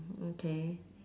okay